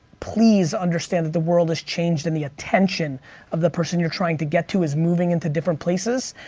please understand that the world has changed and the attention of the person you're trying to get to is moving into different places.